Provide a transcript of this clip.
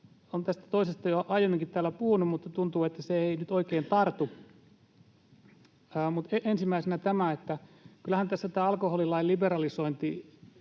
Olen tästä toisesta jo aiemminkin täällä puhunut, mutta tuntuu, että se ei nyt oikein tartu. Mutta ensimmäisenä tämä, että kyllähän tässä tämä alkoholilain liberalisointi